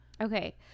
Okay